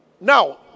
Now